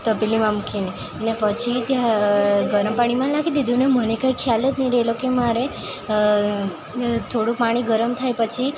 તપેલીમાં મૂકીને ને પછી ત્યાં ગરમ પાણીમાં નાખી દીધું ને મને કાંઇ ખ્યાલ જ નહીં રહેલો કે મારે થોડું પાણી ગરમ થાય પછી